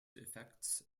effects